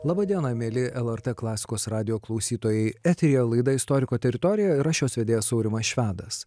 laba diena mieli el er tė klasikos radijo klausytojai eteryje laida istoriko teritorija ir aš šios vedėjas aurimas švedas